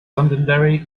londonderry